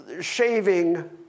Shaving